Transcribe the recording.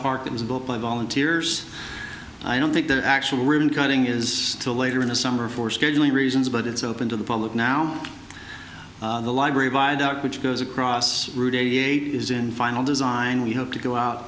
park it was a book by volunteers i don't think their actual ribbon cutting is till later in the summer for scheduling reasons but it's open to the public now the library viaduct which goes across route eighty eight is in final design we hope to go out